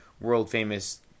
world-famous